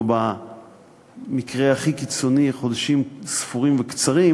או במקרה הכי קיצוני חודשים ספורים וקצרים,